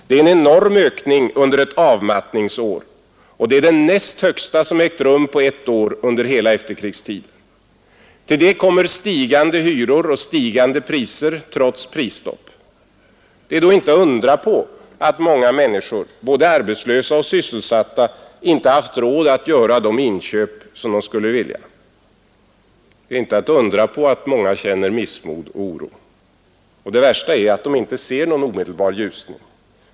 Det är en enorm ökning under ett avmattningsår, och det är den näst högsta som ägt rum på ett år under hela efterkrigstiden. Till detta kommer stigande hyror och stigande priser, trots prisstopp. Det är då inte att undra på att många människor, både arbetslösa och sysselsatta, inte haft råd att göra de inköp som de skulle vilja. Det är inte att undra på att många känner missmod och oro. Och det värsta är att de inte ser någon omedelbar ljusning.